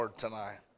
Tonight